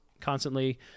constantly